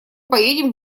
поедем